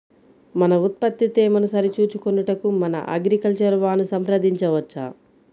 మన ఉత్పత్తి తేమను సరిచూచుకొనుటకు మన అగ్రికల్చర్ వా ను సంప్రదించవచ్చా?